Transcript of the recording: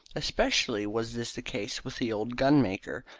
especially was this the case with the old gunmaker.